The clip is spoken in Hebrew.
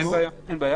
אין בעיה.